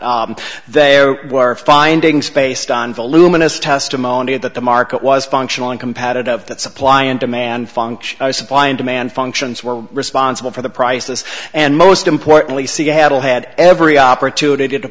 it they were finding spaced on voluminous testimony that the market was functional and competitive that supply and demand function supply and demand functions were responsible for the prices and most importantly seattle had every opportunity to